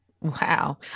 Wow